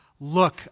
look